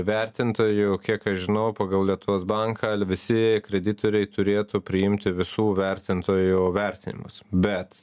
vertintojų kiek aš žinau pagal lietuvos banką visi kreditoriai turėtų priimti visų vertintojų vertinimus bet